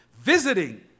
visiting